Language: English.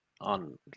on